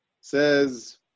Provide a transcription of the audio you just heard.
says